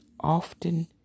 often